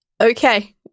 Okay